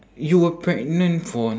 you were pregnant for